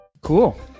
Cool